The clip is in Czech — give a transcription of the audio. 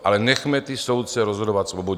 Ale nechme ty soudce rozhodovat svobodně.